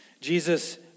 Jesus